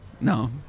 No